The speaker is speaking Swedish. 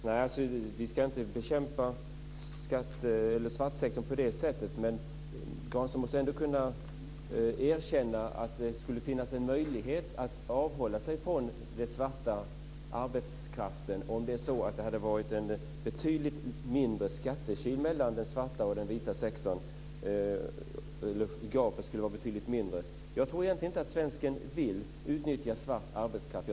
Herr talman! Vi ska inte bekämpa svartsektorn på det sättet, men Granström måste ändå kunna erkänna att det hade funnits en möjlighet att bekämpa den svarta arbetskraften om det hade varit en betydligt mindre skattekil mellan den svarta och den vita sektorn och om gapet hade varit betydligt mindre. Jag tror egentligen inte att svensken vill utnyttja svart arbetskraft.